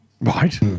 Right